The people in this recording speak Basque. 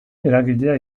eragilea